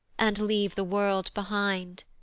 and leave the world behind.